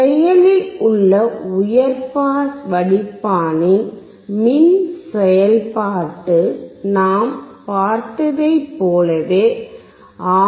செயலில் உள்ள உயர் பாஸ் வடிப்பானின் மின் செயல்பாட்டு நாம் பார்த்ததைப் போலவே ஆர்